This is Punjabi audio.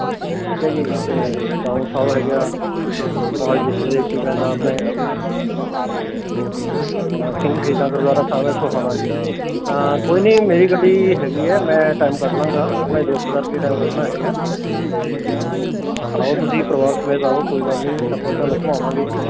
ਠੀਕ ਹੈ ਜੀ ਅਤੇ ਦਾਊਂ ਸਾਹਿਬ ਹੈਗਾ ਮੋਹਾਲੀ ਡਿਸਟ੍ਰਿਕਟ ਦੇ ਵਿੱਚ ਹੀ ਪੈਂਦਾ ਆਪਣੇ ਅਤੇ ਹੁਣ ਸਿੰਘ ਸ਼ਹੀਦਾਂ ਗੁਰਦੁਆਰਾ ਸਾਹਿਬ ਹੈ ਸੋਹਾਣਾ ਜੀ ਕੋਈ ਨਹੀਂ ਮੇਰੀ ਗੱਡੀ ਹੈਗੀ ਹੈ ਮੈਂ ਟਾਈਮ ਕੱਢ ਲਵਾਗਾਂ ਆਪਣੇ ਦੋਸਤ ਕਰਕੇ ਟਾਈਮ ਕੱਢਣਾ ਹੈਗਾ ਅਤੇ ਆਓ ਤੁਸੀਂ ਪਰਿਵਾਰ ਸਮੇਤ ਆਓ ਕੋਈ ਗੱਲ ਨਹੀਂ ਆਪਾਂ ਤੁਹਾਨੂੰ ਘੁੰਮਾਵਾਂਗੇ ਜੀ